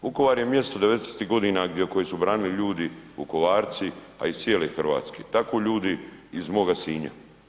Vukovar je mjesto devedesetih godina koje su branili ljudi Vukovarci, a iz cijele Hrvatske, tako i ljudi iz moga Sinja.